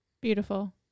Beautiful